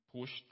pushed